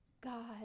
God